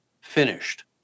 finished